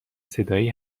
صدایی